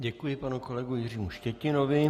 Děkuji panu kolegovi Jiřímu Štětinovi.